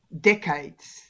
decades